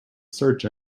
search